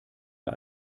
der